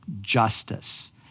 Justice